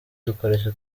dukoresha